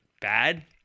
bad